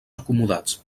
acomodats